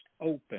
open